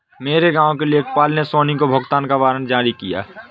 मेरे गांव के लेखपाल ने सोनी को भुगतान का वारंट जारी किया